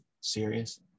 serious